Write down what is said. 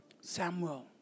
Samuel